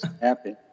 happy